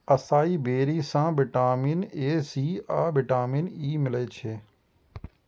असाई बेरी सं vitamin A, C आ विटामिन ई मिलै छै